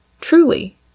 Truly